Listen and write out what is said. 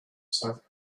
south